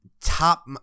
top